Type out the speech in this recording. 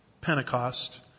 Pentecost